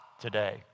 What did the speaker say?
today